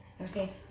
Okay